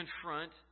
confront